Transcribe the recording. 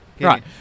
Right